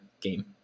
game